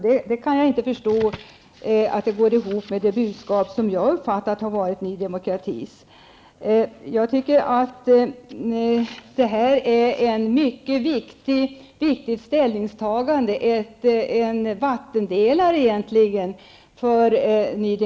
Jag kan inte förstå att det går ihop med Ny Demokratis budskap. Det gör det i alla fall inte som jag har uppfattat det. Det här är ett mycket viktigt ställningstagande, en vattendelare egentligen.